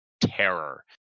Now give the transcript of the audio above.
terror